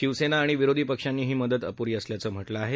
शिवसेना आणि विरोधी पक्षांनी ही मदत अपूरी असल्याचं म्हटलं आहे